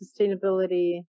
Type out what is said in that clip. sustainability